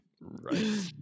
Right